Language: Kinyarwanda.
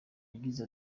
yagize